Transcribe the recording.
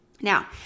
Now